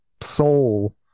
soul